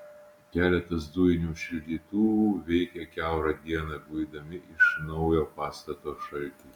keletas dujinių šildytuvų veikė kiaurą dieną guidami iš naujo pastato šaltį